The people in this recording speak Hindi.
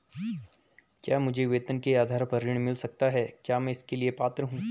क्या मुझे वेतन के आधार पर ऋण मिल सकता है क्या मैं इसके लिए पात्र हूँ?